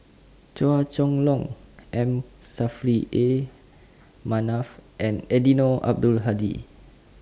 Chua Chong Long M Saffri A Manaf and Eddino Abdul Hadi